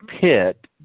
pit